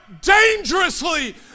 dangerously